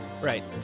Right